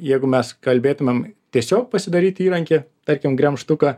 jeigu mes kalbėtumėm tiesiog pasidaryti įrankį tarkim gremžtuką